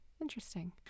Interesting